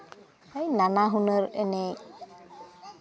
ᱱᱟᱱᱟ ᱦᱩᱱᱟᱹᱨ ᱮᱱᱮᱡ